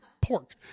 pork